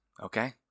okay